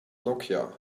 nokia